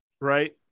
right